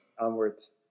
Onwards